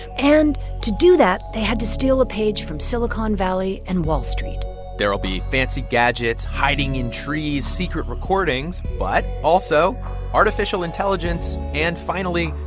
and to do that, they had to steal a page from silicon valley and wall street there will be fancy gadgets, hiding in trees, secret recordings, but also artificial intelligence. and finally,